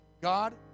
God